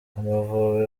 amavubi